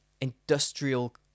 industrial